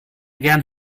gerne